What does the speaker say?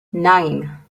nine